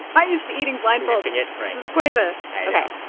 i yeah just eating blind-fold. sniffing it, right this is quite a. i know